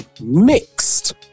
mixed